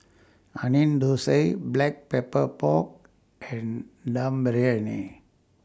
Onion Thosai Black Pepper Pork and Dum Briyani